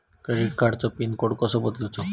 Credit कार्डची pin code कसो बदलुचा?